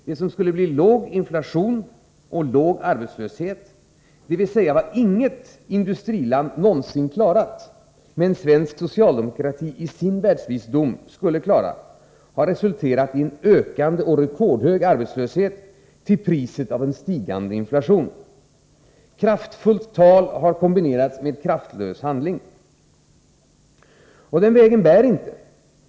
Det som skulle bli låg inflation och låg arbetslöshet, dvs. vad inget industriland någonsin klarat men svensk socialdemokrati i sin världsvisdom skulle klara, har resulterat i en ökande och rekordhög arbetslöshet till priset av en stigande inflation. Kraftfullt tal har kombinerats med kraftlös handling. Den vägen bär inte.